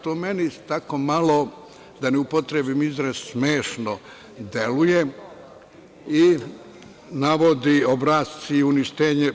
To meni tako malo, da ne upotrebim izraz, smešno deluje i navodi, obrasci, uništenje…